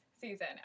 season